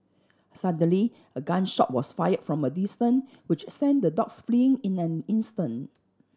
suddenly a gun shot was fired from a distance which sent the dogs fleeing in an instant